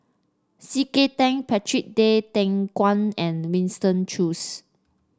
C K Tang Patrick Tay Teck Guan and Winston Choos